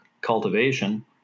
cultivation